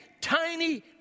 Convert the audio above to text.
tiny